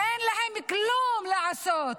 אין להם כלום לעשות,